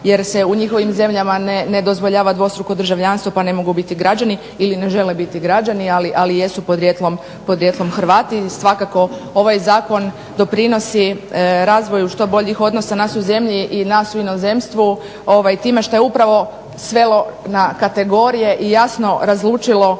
jer se u njihovim zemljama ne dozvoljava dvostruko državljanstvo pa ne mogu biti građani ili ne žele biti građani, ali jesu podrijetlom Hrvati. Svakako ovaj zakon doprinosi razvoju što boljih odnosa nas u zemlji i nas u inozemstvu time što je upravo svelo na kategorije i jasno razlučilo razne kategorije